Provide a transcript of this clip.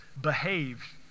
behave